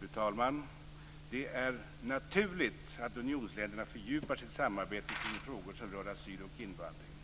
Fru talman! Det är naturligt att unionsländerna fördjupar sitt samarbete i de frågor som rör asyl och invandring.